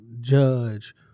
judge